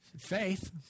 Faith